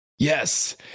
Yes